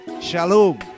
shalom